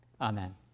Amen